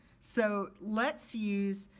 so, let's use,